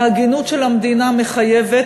ההגינות של המדינה מחייבת,